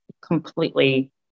completely